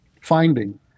finding